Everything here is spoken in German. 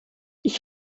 ich